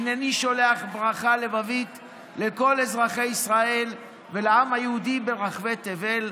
הינני שולח ברכה לבבית לכל אזרחי ישראל ולעם היהודי ברחבי תבל.